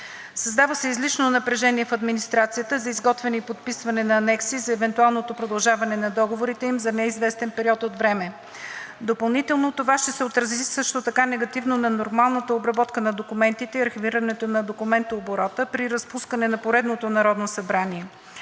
Създава се излишно напрежение в администрацията за изготвяне и подписване на анекси за евентуалното продължаване на договорите им за неизвестен период от време. Допълнително това ще се отрази също така негативно на нормалната обработка на документите и архивирането на документооборота при разпускане на поредното Народно събрание.